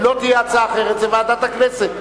לא תהיה הצעה אחרת, זה ועדת הכנסת.